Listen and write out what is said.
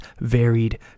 varied